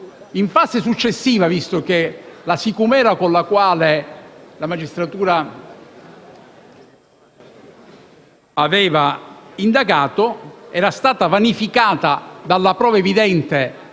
in fase successiva, visto che la sicumera con la quale la magistratura aveva indagato era stata vanificata dalla prova evidente